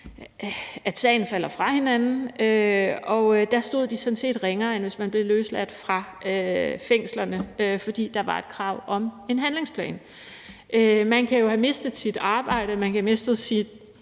sagen faldt fra hinanden, og så stod de sådan set ringere, end hvis de blev løsladt fra fængslerne, fordi der ikke var nogen krav om en handlingsplan. Man kan jo have mistet sit arbejde. Man kan have mistet sin